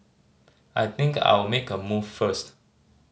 I think I'll make a move first